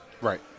Right